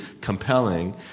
compelling